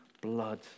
blood